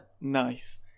Nice